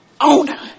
owner